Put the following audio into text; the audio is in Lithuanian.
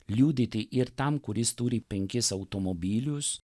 liudyti ir tam kuris turi penkis automobilius